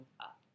up